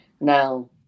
Now